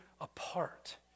apart